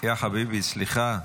יא חביבי, סליחה.